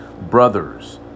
Brothers